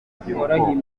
by’ubu